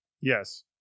Yes